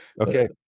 Okay